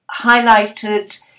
highlighted